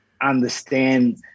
understand